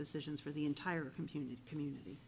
decisions for the entire community community